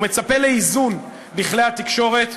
הוא מצפה לאיזון בכלי התקשורת,